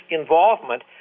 involvement